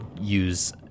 use